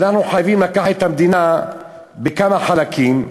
אנחנו חייבים לקחת את המדינה בכמה חלקים,